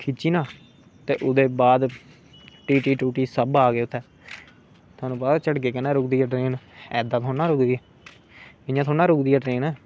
खिच्ची ना ते ओहदे बाद टिटी टोटी सब आ गे उत्थै थहानू पता झटके कन्नै रोकदी ऐ ट्रेन ऐदां थोह्ड़ी ना रुकदी ऐ इयां थोह्डी ना रुकदी ऐ ट्रेन